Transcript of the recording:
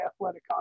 athletic